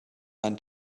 einen